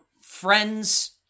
friends